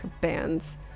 bands